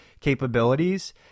capabilities